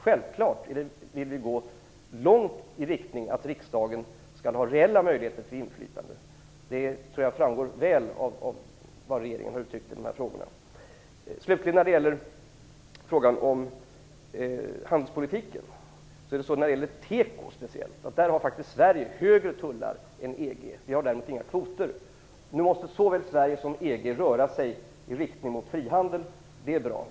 Självfallet vill vi gå långt i riktning mot att riksdagen skall ha reella möjligheter till inflytande. Det tror jag framgår väl av vad regeringen har uttryckt i dessa frågor. Till sist vill jag ta upp frågan om handelspolitiken. När det gäller tekoindustrin har Sverige faktiskt högre tullar än EU. Vi har däremot inga kvoter. Nu måste såväl Sverige som EU röra sig i riktning mot frihandel. Det är bra.